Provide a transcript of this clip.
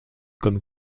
comme